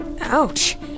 Ouch